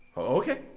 okay.